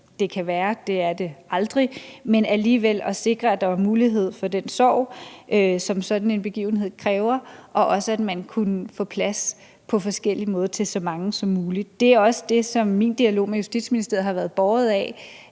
det kan være – det er det aldrig – men alligevel at sikre, at der er mulighed for plads til den sorg, som sådan en begivenhed kræver, og også at man kunne få plads på forskellig måde til så mange som muligt. Det er også det, som min dialog med Justitsministeriet har været båret af,